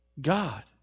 God